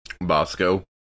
Bosco